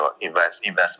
investment